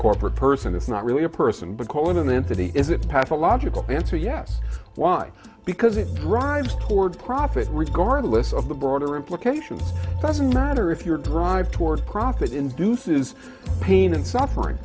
corporate person it's not really a person but call it an entity is it pathological answer yes why because it drives towards profit regardless of the broader implications doesn't matter if your drive towards profit in truth is pain and suffering